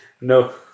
no